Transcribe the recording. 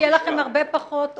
יהיה לכם הרבה פחות עומס.